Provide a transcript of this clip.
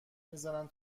میزنن